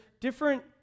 different